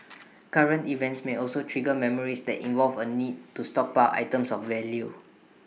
current events may also trigger memories that involve A need to stockpile items of value